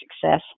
success